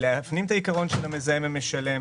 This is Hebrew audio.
להפנים את העיקרון של המזהם המשלם